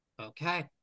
okay